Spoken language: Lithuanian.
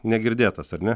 negirdėtas ar ne